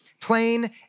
plain